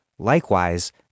Likewise